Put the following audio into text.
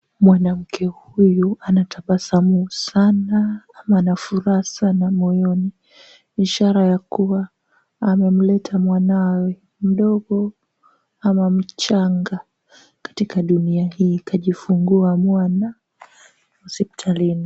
Mwanamke huyu anatabasamu sana ama anafuraha sana moyoni, ishara ya kuwa amemleta mwanawe mdogo ama mchanga katika dunia hii. Kajifungua mwana katika hospitalini.